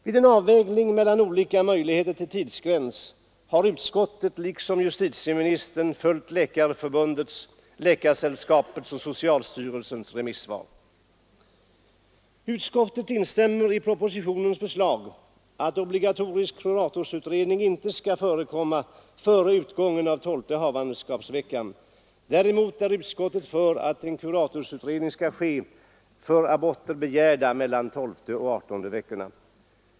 Vid en avvägning mellan olika möjligheter till tidsgräns har utskottet liksom departementschefen följt Läkarförbundets, Läkaresällskapets och socialstyrelsens remissvar. Utskottet instämmer i propositionens förslag att obligatorisk kuratorsutredning inte skall förekomma före utgången av tolfte havandeskapsveckan. Däremot är utskottet för att en kuratorsutredning skall ske för aborter begärda mellan tolfte och adertonde veckorna.